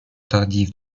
tardive